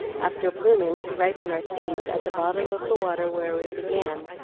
after blooming, to ripen our seeds at the bottom of the water where we began,